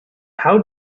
how